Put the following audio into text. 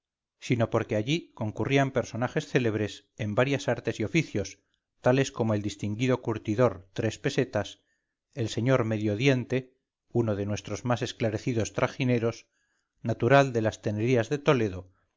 sino porque allí concurrían personajes célebres en varias artes y oficios tales como el distinguido curtidor tres pesetas el sr medio diente uno de nuestros más esclarecidos trajineros natural de las tenerías de toledo